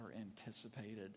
anticipated